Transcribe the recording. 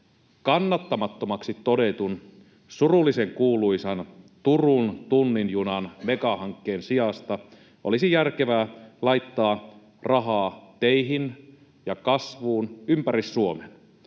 Kannattamattomaksi todetun surullisen kuuluisan Turun tunnin junan megahankkeen sijasta olisi järkevää laittaa rahaa teihin ja kasvuun ympäri Suomea.